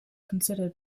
considered